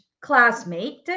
classmate